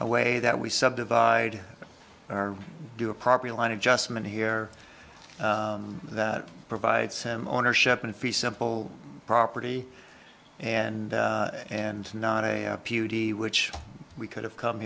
a way that we subdivide or do a property line adjustment here that provides ownership and fee simple property and and not a beauty which we could have come